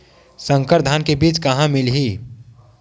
संकर धान के बीज कहां मिलही?